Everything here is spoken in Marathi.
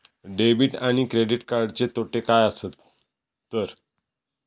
डेबिट आणि क्रेडिट कार्डचे तोटे काय आसत तर?